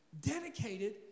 dedicated